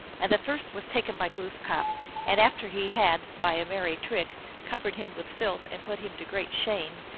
and the first was taken by glooskap and after he had by a merry trick covered him with filth and put him to great shame,